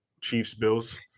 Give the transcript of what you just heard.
Chiefs-Bills